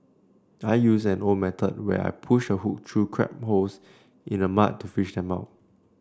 I use an old method where I push a hook through crab holes in the mud to fish them out